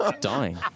Dying